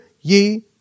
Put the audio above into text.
ye